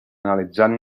analitzant